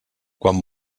quan